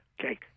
Okay